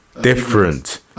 different